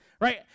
right